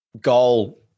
goal